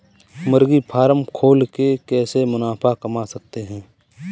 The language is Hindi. मुर्गी फार्म खोल के कैसे मुनाफा कमा सकते हैं?